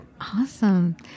Awesome